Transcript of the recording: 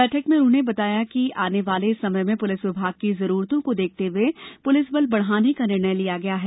बैठक में उन्होंने बताया कि आने वाले समय में पुलिस विभाग की जरूरतों को देखते हुये पुलिस बल बढ़ाने का निर्णय लिया गया है